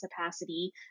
opacity